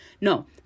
No